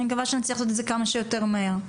אני מקווה שנצליח לעשות את זה כמה שיותר מהר.